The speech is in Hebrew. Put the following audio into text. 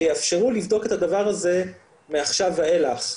שיאפשרו לבדוק את הדבר הזה מעכשיו ואילך.